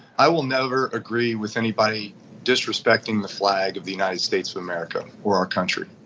i will never agree with anybody disrespecting the flag of the united states of america, or our country.